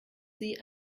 sie